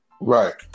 Right